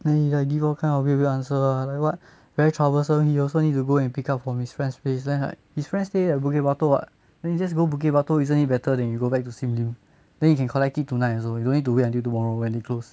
then he like give all kind of weird weird answer lah like what very troublesome he also need to go and pick up from his friend's place then like his friends stay at bukit batok [what] then he just go bukit batok isn't it better than you go back to sim lim then he can collect it tonight also you don't need to wait until tomorrow when they close